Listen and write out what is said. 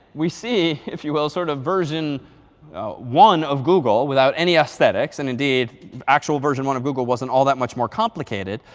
we see if you will, sort of version one of google, without any aesthetics. and indeed, the actual version one of google wasn't all that much more complicated.